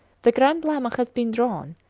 the grand lama has been drawn,